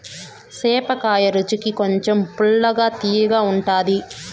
సేపకాయ రుచికి కొంచెం పుల్లగా, తియ్యగా ఉంటాది